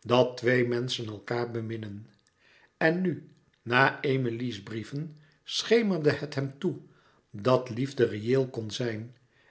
dat twee menschen elkaâr beminnen en nu na emilie's brieven schemerde het hem toe dat liefde reëel kon zijn